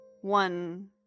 one